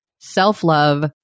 self-love